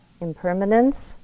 impermanence